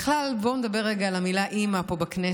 בכלל, בואו נדבר רגע על המילה "אימא" פה בכנסת.